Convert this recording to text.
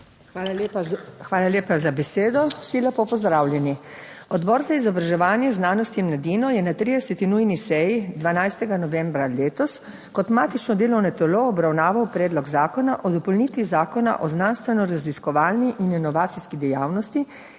Hvala lepa za besedo. Vsi lepo pozdravljeni! Odbor za izobraževanje, znanost in mladino je na 30. nujni seji 12. novembra letos kot matično delovno telo obravnaval Predlog zakona o dopolnitvi Zakona o znanstveno raziskovalni in inovacijski dejavnosti,